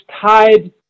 tied